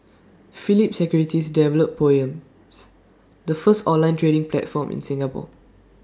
Phillip securities developed poems the first online trading platform in Singapore